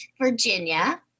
Virginia